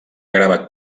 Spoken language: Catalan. gravat